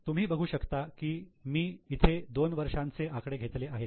तुम्ही बघू शकता की मी इथे दोन वर्षांचे आकडे घातले आहे